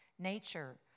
Nature